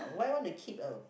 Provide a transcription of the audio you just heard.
why wanna keep a